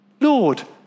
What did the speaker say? Lord